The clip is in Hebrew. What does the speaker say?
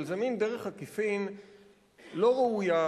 אבל זה מין דרך עקיפין לא ראויה,